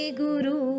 guru